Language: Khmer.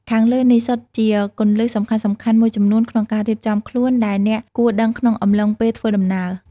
ខាងលើនេះ សុទ្ធជាគន្លឹះសំខាន់ៗមួយចំនួនក្នុងការរៀបចំខ្លួន ដែលអ្នកគួរដឹងក្នុងអំឡុងពេលធ្វើដំណើរ។